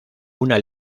una